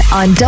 on